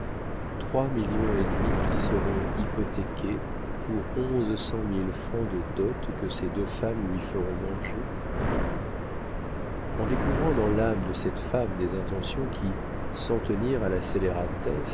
trois millions et demi qui seront hypothéqués pour onze cent mille francs de dot que ces deux femmes lui feront manger en découvrant dans l'âme de cette femme des intentions qui sans tenir à la scélératesse